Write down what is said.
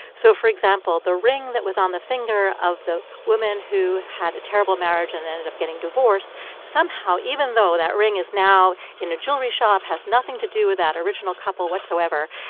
so for example, the ring that was on the finger of the woman who had a terrible marriage and ended up getting divorced somehow, even though that ring is now in a jewelry shop, has nothing to do with that original couple whatsoever,